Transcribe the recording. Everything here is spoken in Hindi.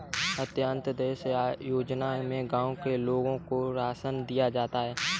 अंत्योदय अन्न योजना में गांव के लोगों को राशन दिया जाता है